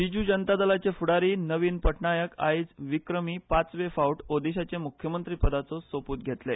बिज़ु जनता दलाचे फ़ुड़ारी नवीन पटनायक आयज विक्रमी पांचवे फावट ओदीशाचे मुख्यमंत्री पदाचो सोपूत घेतले